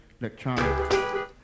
Electronic